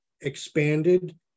expanded